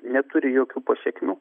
neturi jokių pasekmių